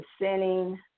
sinning